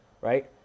right